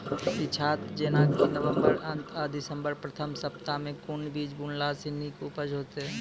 पीछात जेनाकि नवम्बर अंत आ दिसम्बर प्रथम सप्ताह मे कून बीज बुनलास नीक उपज हेते?